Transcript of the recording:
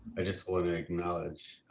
i just wanna acknowledge,